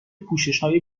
پوششهای